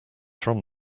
from